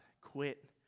Quit